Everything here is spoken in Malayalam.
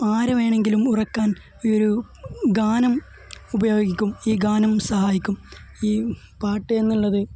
ആരെ വേണമെങ്കിലും ഉറക്കാന് ഈയൊരു ഗാനം ഉപയോഗിക്കും ഈ ഗാനം സഹായിക്കും ഈ പാട്ട് എന്നുള്ളത്